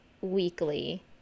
weekly